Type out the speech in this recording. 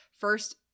first –